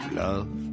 love